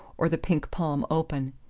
or the pink palm open.